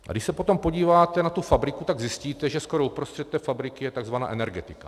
Když se potom podíváte na tu fabriku, zjistíte, že skoro uprostřed té fabriky je tzv. Energetika.